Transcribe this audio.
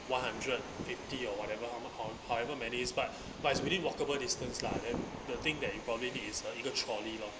one hundred fifty or whatever how m~ however many it is but it's within walkable distance lah then the thing that you probably need is 一个 trolley lor